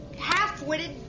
half-witted